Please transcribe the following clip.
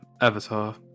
Avatar